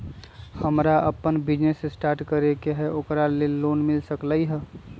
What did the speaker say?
हमरा अपन business start करे के है ओकरा लेल लोन मिल सकलक ह?